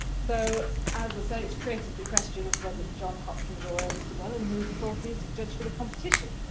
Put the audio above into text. so as i say it's created the question of was it john hopkins or ernest lewellyn who was the fourth music judge for the competition.